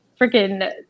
freaking